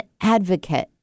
advocate